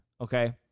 Okay